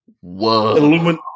Whoa